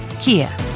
Kia